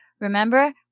Remember